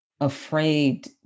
afraid